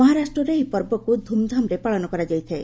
ମହାରାଷ୍ଟ୍ରରେ ଏହି ପର୍ବକୁ ଧୁମ୍ଧାମରେ ପାଳନ କରାଯାଇଥାଏ